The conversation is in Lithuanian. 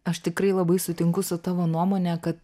aš tikrai labai sutinku su tavo nuomone kad